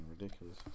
ridiculous